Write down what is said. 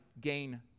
gain